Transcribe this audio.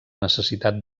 necessitat